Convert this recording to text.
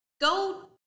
Go